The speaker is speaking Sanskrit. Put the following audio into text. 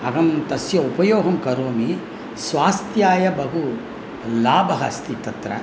अहं तस्य उपयोगं करोमि स्वास्थ्यय बहु लाभः अस्ति तत्र